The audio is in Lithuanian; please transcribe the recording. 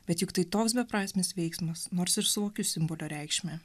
bet juk tai toks beprasmis veiksmas nors ir suvokiu simbolio reikšmę